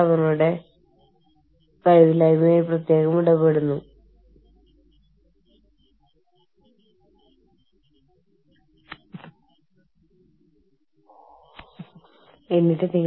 കൂടാതെ അവിടേ ഒരു വലിയ മഞ്ഞുവീഴ്ചയുണ്ടായി നിങ്ങൾ അവിടെ പെട്ടുകിടക്കുകയാണ്